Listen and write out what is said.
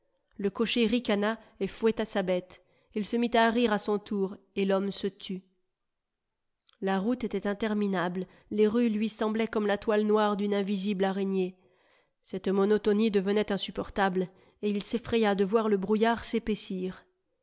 le cocher ricana et fouetta sa bête il se mit à rire à son tour et l'homme se tut la route était interminable les rues lui semblaient comme la toile noire d'une invisible araignée cette monotonie devenait insupportable et il s'effraya de voir le brouillard s'épaissir